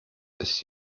ist